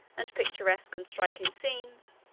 and picturesque and striking scenes,